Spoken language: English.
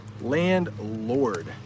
Landlord